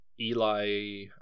eli